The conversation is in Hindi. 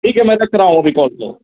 ठीक है मैं रख रहा हूँ अभी कॉल को